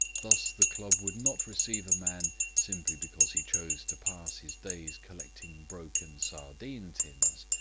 thus the club would not receive a man simply because he chose to pass his days collecting broken sardine tins,